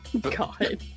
God